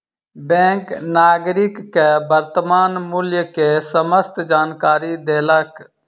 bank नागरिक के वर्त्तमान मूल्य के समस्त जानकारी देलक